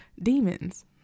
demons